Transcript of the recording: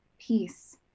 peace